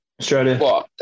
Australia